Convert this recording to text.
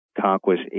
Conquest